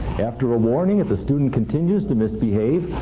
after a warning if the student continues to misbehave,